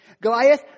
Goliath